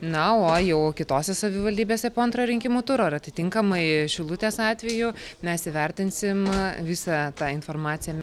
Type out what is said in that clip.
na o jau kitose savivaldybėse po antrą rinkimų turą ar atitinkamai šilutės atveju mes įvertinsim visą tą informaciją